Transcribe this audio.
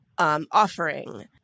offering